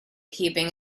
keeping